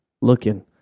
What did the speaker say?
looking